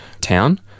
town